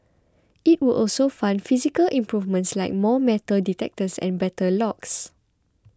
it would also fund physical improvements like more metal detectors and better locks